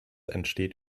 entsteht